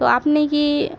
তো আপনি কি